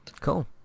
cool